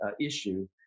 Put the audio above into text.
issue